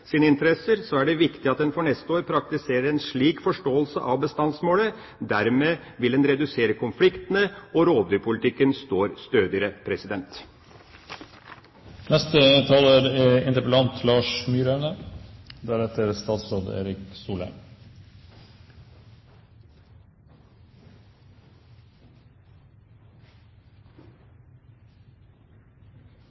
er det viktig at en for neste år praktiserer en slik forståelse av bestandsmålet. Dermed vil en redusere konfliktene, og rovdyrpolitikken står stødigere.